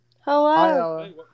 Hello